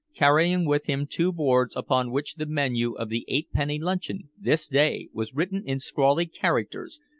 carrying with him two boards upon which the menu of the eight-penny luncheon! this day! was written in scrawly characters,